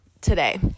today